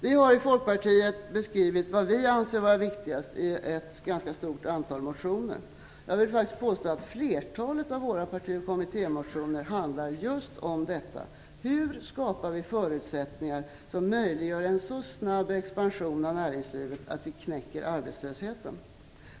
Vi har i Folkpartiet i ett ganska stort antal motioner beskrivit vad vi anser vara viktigast. Jag vill påstå att flertalet av våra parti och kommittémotioner handlar just om detta, om hur vi kan skapa förutsättningar som möjliggör en så snabb expansion av näringslivet att vi knäcker arbetslösheten.